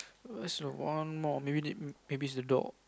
where's the one more maybe need maybe is the door